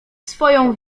swoją